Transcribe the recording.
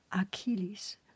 Achilles